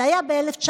זה היה ב-1985.